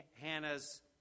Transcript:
Hannah's